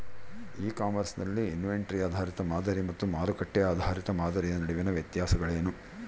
E commerce ನಲ್ಲಿ inventory ಆಧಾರಿತ ಮಾದರಿ ಮತ್ತು ಮಾರುಕಟ್ಟೆ ಆಧಾರಿತ ಮಾದರಿಯ ನಡುವಿನ ವ್ಯತ್ಯಾಸಗಳೇನು?